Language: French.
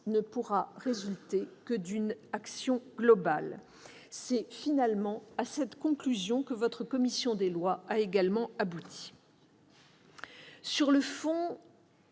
ne pourra résulter que d'une action globale. C'est finalement à cette conclusion que votre commission des lois a également abouti. Sur le fond,